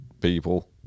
people